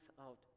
out